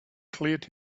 cleared